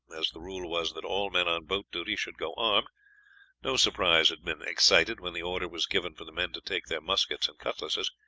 as the rule was that all men on boat duty should go armed no surprise had been excited when the order was given for the men to take their muskets and cutlasses,